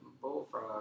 bullfrog